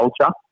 culture